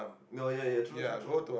no ya ya true true true